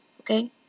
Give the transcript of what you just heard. okay